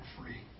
free